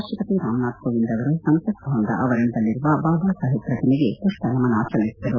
ರಾಷ್ಲಪತಿ ರಾಮನಾಥ್ ಕೋವಿಂದ್ ಅವರು ಸಂಸತ್ ಭವನದ ಆವರಣದಲ್ಲಿರುವ ಬಾಬಾ ಸಾಹೇಬ್ ಪ್ರತಿಮೆಗೆ ಪುಷ್ಪನಮನ ಸಲ್ಲಿಸಿದರು